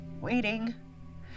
waiting